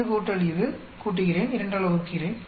இது கூட்டல் இது கூட்டுகிறேன் 2 ஆல் வகுக்கிறேன்